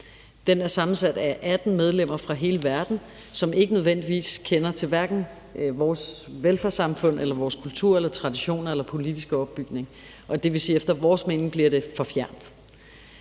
Den er sammensat af 18 medlemmer fra hele verden, som ikke nødvendigvis kender til hverken vores velfærdssamfund eller vores kultur eller traditioner eller politiske opbygning. Det vil sige, at efter vores mening bliver det for fjernt.